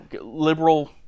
Liberal